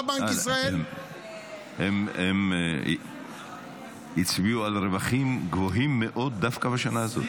בא בנק ישראל --- הם הצביעו על רווחים גבוהים מאוד דווקא בשנה הזאת.